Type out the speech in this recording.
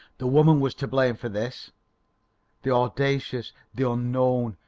the woman was to blame for this the audacious, the unknown,